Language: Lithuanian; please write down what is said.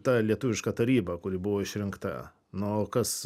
ta lietuviška taryba kuri buvo išrinkta na o kas